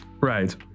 Right